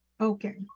Okay